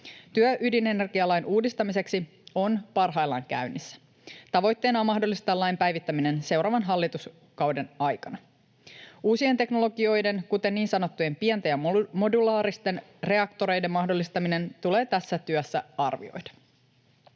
Työ ydinenergialain uudistamiseksi on parhaillaan käynnissä. Tavoitteena on mahdollistaa lain päivittäminen seuraavan hallituskauden aikana. Uusien teknologioiden, kuten niin sanottujen pienten ja modulaaristen reaktoreiden, mahdollistaminen tulee tässä työssä arvioida.